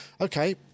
okay